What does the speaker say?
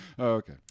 okay